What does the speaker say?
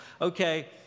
Okay